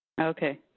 Okay